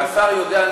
והשר יודע,